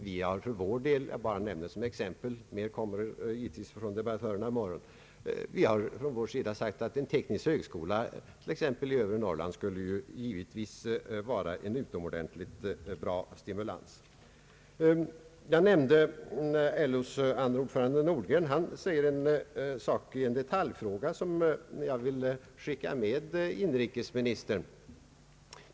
Många exempel kommer säkerligen att anföras av debattörerna i morgon, så jag skall inskränka mig till att nämna att vi för vår del har sagt att en teknisk högskola i övre Norrland skulle vara en utomordentlig stimulans. Jag nämnde förut LO:s andre ordförande Nordgren. I en detaljfråga har han gjort ett uttalande, som jag vill skicka med inrikesministern.